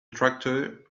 tractor